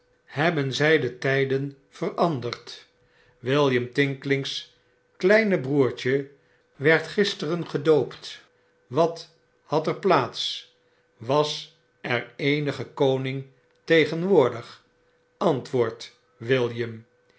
hebben zij de tyden veranderd william tinkling's kleine broertje werd gisteren gedoopt wat had er plaats was er eenige koning tegenwoordig antwoord william